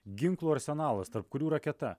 ginklų arsenalas tarp kurių raketa